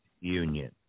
union